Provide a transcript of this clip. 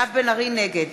נגד